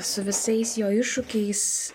su visais jo iššūkiais